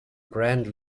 grand